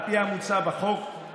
על פי המוצע בחוק,